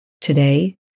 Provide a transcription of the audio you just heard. Today